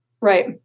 Right